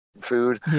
food